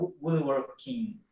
woodworking